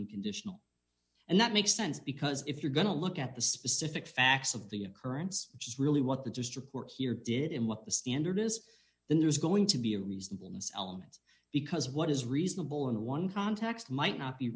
unconditional and that makes sense because if you're going to look at the specific facts of the occurrence which is really what the district court here did and what the standard is then there's going to be a reasonable miss elements because what is reasonable in one context might not be